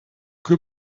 que